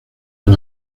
del